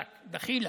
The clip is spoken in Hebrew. חלאס, דחילק,